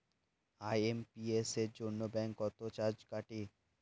IMPS এর জন্য bank কত চার্জ কাটে?